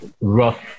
rough